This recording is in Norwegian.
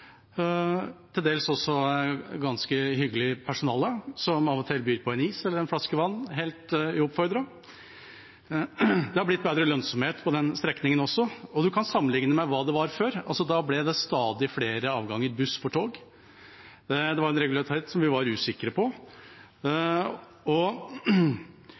til dels også ganske hyggelig personale, som av og til byr på en is eller en flaske vann helt uoppfordret. Det er også blitt bedre lønnsomhet på den strekningen. Man kan sammenligne med hvordan det var før. Da ble det stadig flere avganger med buss for tog. Det var en regularitet som vi var usikre på.